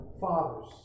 fathers